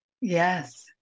Yes